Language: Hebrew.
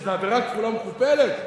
שזה עבירה כפולה ומכופלת.